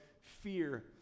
fear